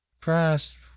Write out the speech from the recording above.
Christ